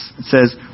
says